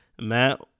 Matt